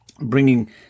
bringing